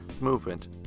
movement